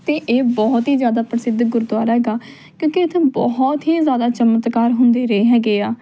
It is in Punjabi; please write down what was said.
ਅਤੇ ਇਹ ਬਹੁਤ ਹੀ ਜ਼ਿਆਦਾ ਪ੍ਰਸਿੱਧ ਗੁਰਦੁਆਰਾ ਹੈਗਾ ਕਿਉਂਕਿ ਇੱਥੇ ਬਹੁਤ ਹੀ ਜ਼ਿਆਦਾ ਚਮਤਕਾਰ ਹੁੰਦੇ ਰਹੇ ਹੈਗੇ ਆ